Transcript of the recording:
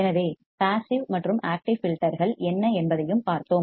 எனவே பாசிவ் மற்றும் ஆக்டிவ் ஃபில்டர்கள் என்ன என்பதையும் பார்த்தோம்